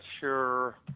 sure